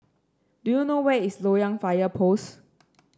do you know where is Loyang Fire Post